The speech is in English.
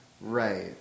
Right